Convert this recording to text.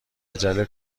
عجله